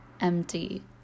empty